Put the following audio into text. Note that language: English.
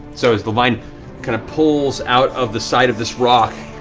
so as the vine kind of pulls out of the side of this rock